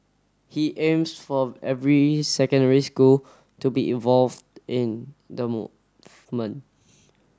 he aims for every secondary school to be involved in the movement